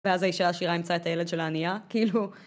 ואז האישה העשירה אימצה את הילד של העניה, כאילו...